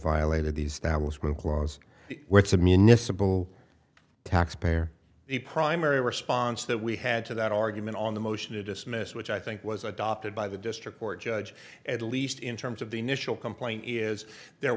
violated these that was one clause which the municipal taxpayer the primary response that we had to that argument on the motion to dismiss which i think was adopted by the district court judge at least in terms of the initial complaint is there